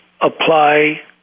apply